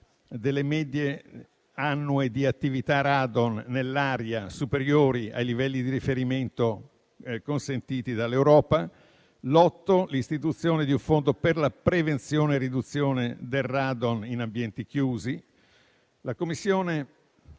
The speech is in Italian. delle medie annue di attività di *radon* nell'aria superiori ai livelli di riferimento consentiti dall'Europa. L'articolo 8 prevede l'istituzione di un fondo per la prevenzione e riduzione del *radon* in ambienti chiusi. In Commissione